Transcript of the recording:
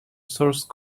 source